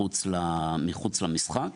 מחוץ למשחק,